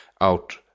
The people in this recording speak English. out